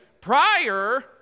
Prior